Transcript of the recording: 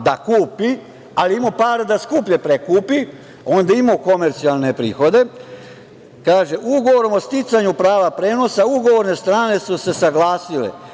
da kupi, ali je imao para da skuplje prekupi, onda ima komercijalne prihode, kaže: „Ugovorom o sticanju prava prenosa, ugovorene strane su se saglasile